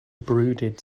brooded